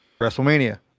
WrestleMania